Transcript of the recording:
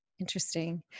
Interesting